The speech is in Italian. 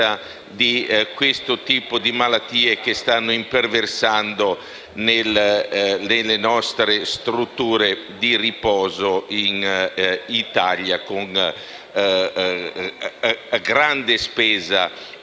di questo tipo di malattie che stanno imperversando nei pazienti delle strutture di riposo in Italia, con grande spesa